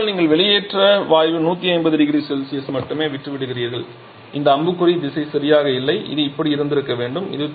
இறுதியாக நீங்கள் வெளியேற்ற வாயுவை 150 0C மட்டுமே விட்டுவிடுகிறீர்கள் இந்த அம்புக்குறி திசை சரியாக இல்லை இது இப்படி இருந்திருக்க வேண்டும்